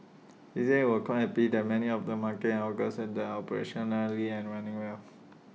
he said was quite happy that many of the markets and hawker centres are operationally and running well